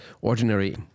ordinary